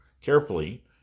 carefully